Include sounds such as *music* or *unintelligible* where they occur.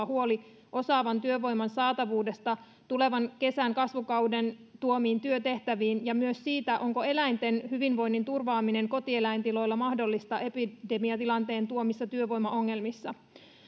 *unintelligible* huoli osaavan työvoiman saatavuudesta tulevan kesän kasvukauden tuomiin työtehtäviin ja myös sitä onko eläinten hyvinvoinnin turvaaminen kotieläintiloilla mahdollista epidemiatilanteen tuomissa työvoimaongelmissa